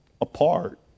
apart